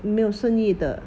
没有生意的